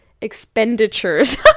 expenditures